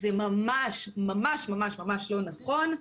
זה ממש ממש לא נכון.